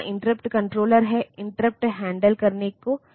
इसलिए इंस्ट्रक्शंस को हेक्साडेसिमल में दर्ज करने के बजाय